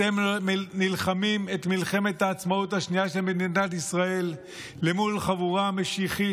אתם נלחמים את מלחמת העצמאות השנייה של מדינת ישראל למול חבורה משיחית,